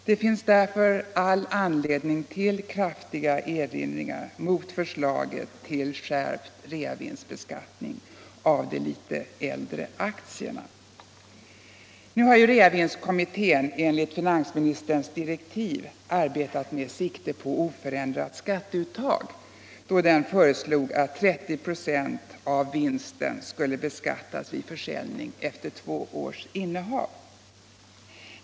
Det finns därför all anledning till kraftiga erinringar mot förslaget till skärpt reavinstbeskattning av de litet äldre aktierna. Reavinstkommittén har ju enligt finansministerns direktiv arbetat med sikte på oförändrat skatteuttag då den föreslog att 30 96 av vinsten skulle beskattas vid försäljning efter två års innehav.